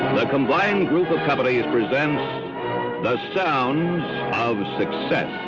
the combined group of but yeah presents the sounds of success